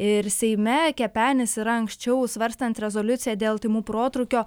ir seime kepenis yra anksčiau svarstant rezoliuciją dėl tymų protrūkio